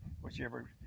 Whichever